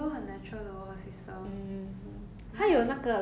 and her face 也是 I think kendall didn't have anything done at all